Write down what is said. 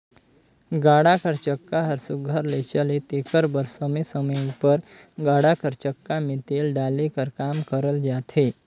गाड़ा कर चक्का हर सुग्घर ले चले तेकर बर समे समे उपर गाड़ा कर चक्का मे तेल डाले कर काम करल जाथे